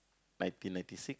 nineteen ninety six